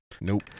Nope